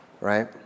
right